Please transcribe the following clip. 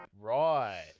Right